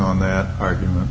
on that argument